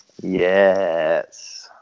Yes